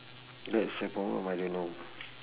that's the problem I don't know